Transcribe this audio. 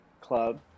Club